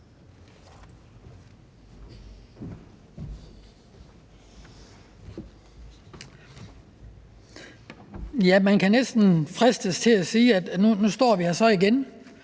Man kan næsten fristes til at sige, at vi nu så står her igen.